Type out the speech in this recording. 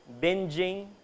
Binging